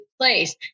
place